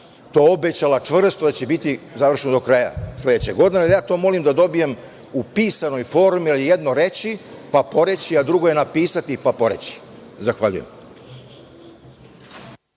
to obećala čvrsto, da će biti završen do kraja sledeće godine, ali molim da dobijem u pisanoj formi, jer jedno je reći pa poreći, a drugo je napisati pa poreći. Zahvaljujem.